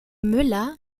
müller